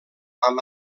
amb